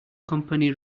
company